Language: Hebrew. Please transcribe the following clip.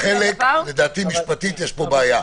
לדעתי משפטית יש פה בעיה.